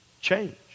Change